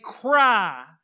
cry